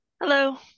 Hello